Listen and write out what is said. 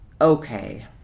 Okay